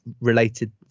related